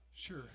Sure